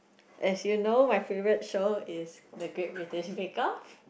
as you know my favourite show is The-Great-British-Bake-Off